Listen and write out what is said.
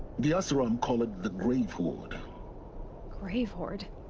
the oseram call it the grave-hoard grave-hoard?